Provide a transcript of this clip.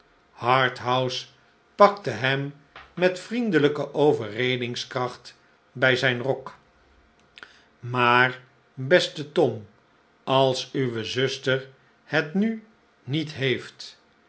harthouse pakte hem met vriendelijke overredingskracht bij zijn rok maar beste tom als uwe zuster het nu niet heeft